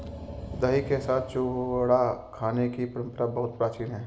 दही के साथ चूड़ा खाने की परंपरा बहुत प्राचीन है